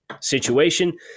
situation